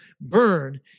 burn